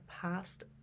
past